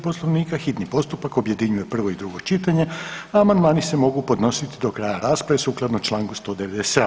Poslovnika hitni postupak objedinjuje prvo i drugo čitanje, a amandmani se mogu podnositi do kraja rasprave sukladno članku 197.